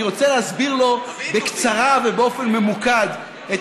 אני רוצה להסביר לו בקצרה ובאופן ממוקד את